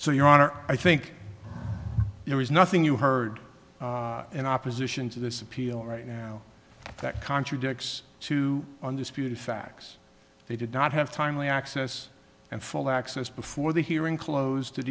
so your honor i think there is nothing you heard in opposition to this appeal right now that contradicts to undisputed facts they did not have timely access and full access before the hearing closed